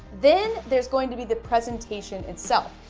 then there's going to be the presentation itself,